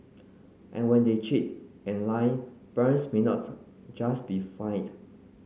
and when they cheat and lie parents may not just be fined